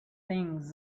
things